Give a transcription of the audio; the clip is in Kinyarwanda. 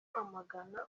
kwamagana